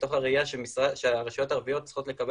מתוך ראייה שהרשויות הערביות צריכות לקבל